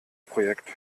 projekt